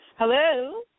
Hello